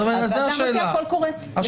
הוועדה מוציאה קול קורא לפי הייעוד.